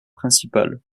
principal